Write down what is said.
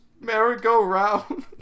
merry-go-round